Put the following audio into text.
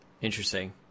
Interesting